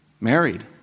married